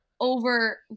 over